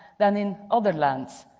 then in other lands.